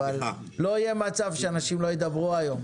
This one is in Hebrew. אבל לא יהיה מצב שאנשים לא ידברו היום.